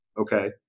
Okay